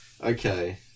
Okay